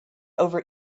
over